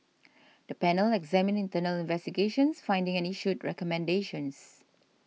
the panel examined internal investigations findings and issued recommendations